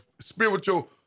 spiritual